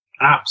apps